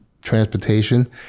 transportation